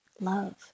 love